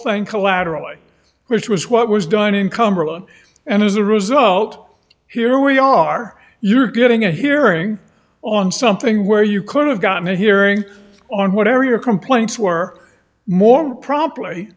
thing collateral which was what was done in cumberland and as a result here we are you're getting a hearing on something where you could have gotten a hearing on whatever your complaints were more pro